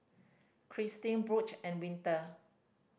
Kristine and Winter